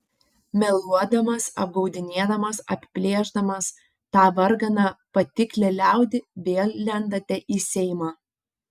meluodamas apgaudinėdamas apiplėšdamas tą varganą patiklią liaudį vėl lendate į seimą